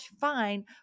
fine